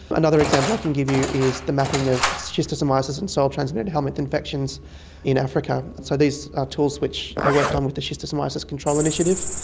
another example i can give you is the mapping of schistosomiasis and cell transmitted helminth infections in africa. so these are tools which i worked on with the schistosomiasis control initiative.